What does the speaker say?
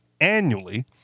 annually